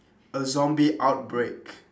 a zombie outbreak